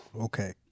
okay